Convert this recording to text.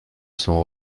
son